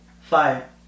Fire